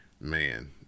man